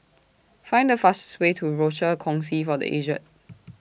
Find The fastest Way to Rochor Kongsi For The Aged